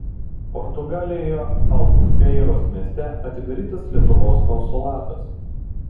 portugalijoje albufeiros mieste atidarytas lietuvos konsulatas